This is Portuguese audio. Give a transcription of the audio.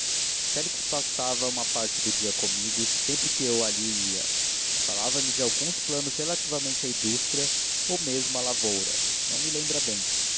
félix passava uma parte do dia comigo sempre que eu ali ia falava-me de alguns planos relativamente a indústrias ou mesmo a lavoura não me lembra bem